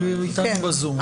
הוא יהיה איתנו בזום.